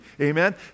amen